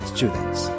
Students